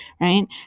right